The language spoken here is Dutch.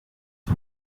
het